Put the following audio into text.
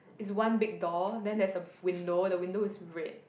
is one big door then there's a window the window is red